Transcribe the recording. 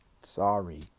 Sorry